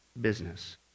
business